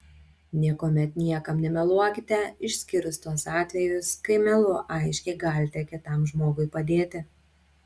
niekuomet niekam nemeluokite išskyrus tuos atvejus kai melu aiškiai galite kitam žmogui padėti